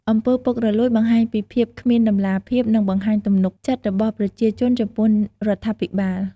អំពើពុករលួយបង្ហាញពីភាពគ្មានតម្លាភាព និងបំផ្លាញទំនុកចិត្តរបស់ប្រជាជនចំពោះរដ្ឋាភិបាល។